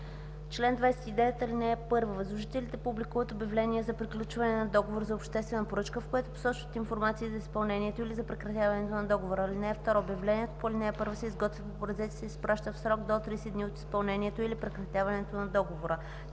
Чл. 29. (1) Възложителите публикуват обявление за приключване на договор за обществена поръчка, в което посочват информация за изпълнението или за прекратяването на договора. (2) Обявлението по ал. 1 се изготвя по образец и се изпраща в срок до 30 дни от изпълнението или прекратяването на договора.”